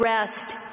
rest